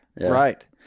Right